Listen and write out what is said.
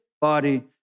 body